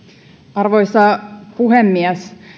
arvoisa puhemies